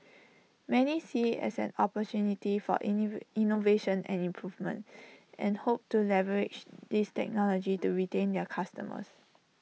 many see IT as an opportunity for in lee innovation and improvement and hope to leverage this technology to retain their customers